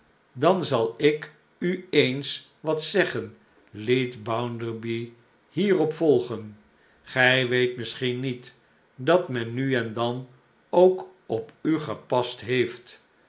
dan zal ik u eens wat zeggen liet bounderby hierop volgen gij weet misschien niet dat men nu en dan ook op u gepast heeft